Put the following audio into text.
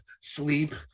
sleep